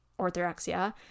orthorexia